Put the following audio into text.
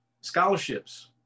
scholarships